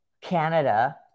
Canada